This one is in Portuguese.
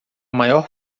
maior